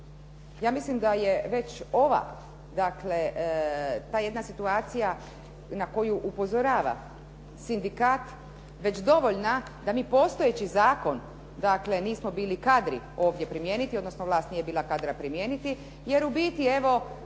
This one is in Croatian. Ja mislim da je već ova, dakle ta jedna situacija na koju upozorava sindikat već dovoljna da mi postojeći zakon, dakle nismo bili kadri ovdje primijeniti, odnosno vlast nije bila kadra primijeniti. Jer u biti evo